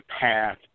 path